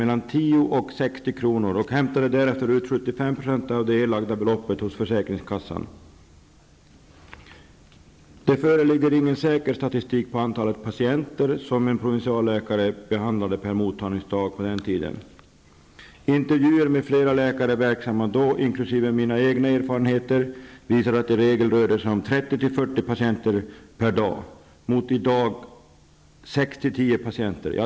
Det föreligger ingen säker statistik på antalet patienter som en provinsialläkare behandlade per mottagningsdag på den tiden. Intervjuer med flera läkare verksamma då, inkl. mina egna erfarenheter, visar att det i regel rörde sig om 30--40 patienter per dag, mot dagens siffra 6--10 patienter.